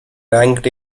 ranked